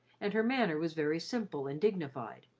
and her manner was very simple and dignified.